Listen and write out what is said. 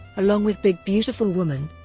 along with big beautiful woman,